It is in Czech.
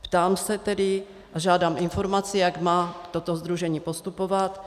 Ptám se tedy a žádám informaci, jak má toto sdružení postupovat.